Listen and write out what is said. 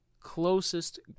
closest